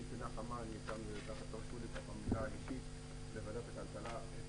יש לי פינה חמה אם תרשו לי מילה אישית לוועדת הכלכלה.